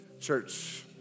Church